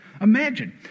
Imagine